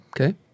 okay